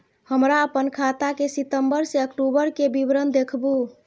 हमरा अपन खाता के सितम्बर से अक्टूबर के विवरण देखबु?